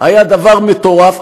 היה דבר מטורף.